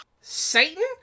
Satan